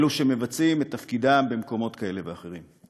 אלו שמבצעים את תפקידם במקומות כאלה ואחרים.